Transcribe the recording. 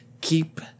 keep